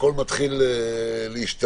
הכול מתחיל להשתבש.